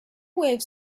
wave